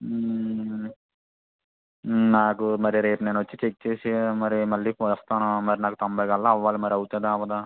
నాకు మరి రేపు నేను వచ్చి చెక్ చేసి మరి మళ్ళీ వస్తాను మరి నాకు తొంభై వేలలో అవ్వాలి మరి అవుతుందా అవదా